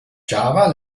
java